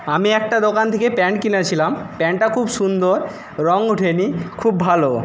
আমি একটা দোকান থেকে প্যান্ট কিনেছিলাম প্যান্টটা খুব সুন্দর রঙ ওঠেনি খুব ভালো